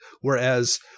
whereas